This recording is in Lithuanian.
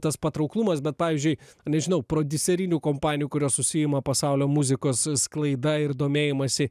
tas patrauklumas bet pavyzdžiui nežinau prodiuserinių kompanijų kurios užsiima pasaulio muzikos sklaida ir domėjimąsi